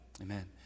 Amen